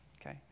okay